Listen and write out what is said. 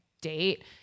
date